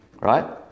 right